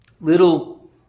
little